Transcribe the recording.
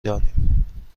دانیم